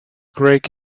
craig